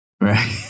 Right